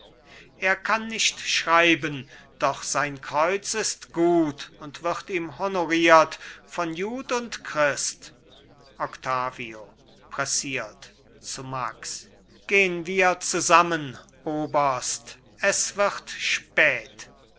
er kann nicht schreiben doch sein kreuz ist gut und wird ihm honoriert von jud und christ octavio pressiert zu max gehn wir zusammen oberst es wird spät